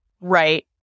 Right